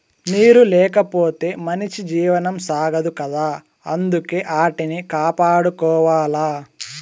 నీరు లేకపోతె మనిషి జీవనం సాగదు కదా అందుకే ఆటిని కాపాడుకోవాల